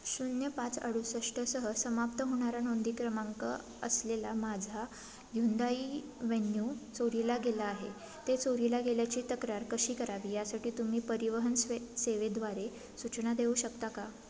शून्य पाच अडुसष्टसह समाप्त होणारा नोंदी क्रमांक असलेला माझा ह्युंदाई व्हेन्यू चोरीला गेला आहे ते चोरीला गेल्याची तक्रार कशी करावी यासाठी तुम्ही परिवहन स्वे सेवेद्वारे सूचना देऊ शकता का